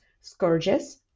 scourges